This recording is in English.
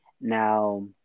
Now